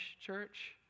church